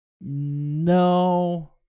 No